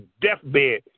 deathbed